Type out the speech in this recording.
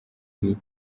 iri